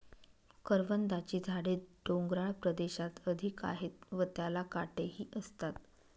करवंदाची झाडे डोंगराळ प्रदेशात अधिक आहेत व त्याला काटेही असतात